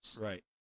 Right